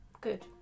good